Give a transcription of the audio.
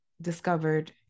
discovered